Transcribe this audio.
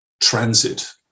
transit